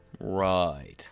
right